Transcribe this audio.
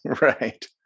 Right